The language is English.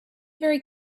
very